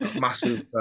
massive